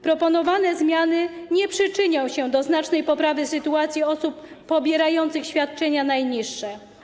Proponowane zmiany nie przyczynią się do znacznej poprawy sytuacji osób pobierających świadczenia najniższe.